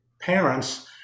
parents